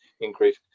increase